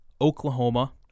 Oklahoma